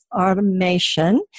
Automation